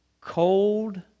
cold